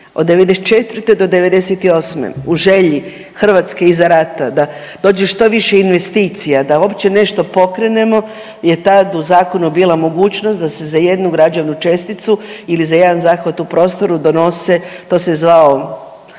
od '94. do '98. u želji Hrvatske iza rata da dođe što više investicija da uopće nešto pokrenemo je tad u zakonu bila mogućnost da se za jednu građevnu česticu ili za jedan zahvat u prostoru donose, to se zvao